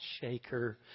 shaker